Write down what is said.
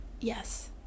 yes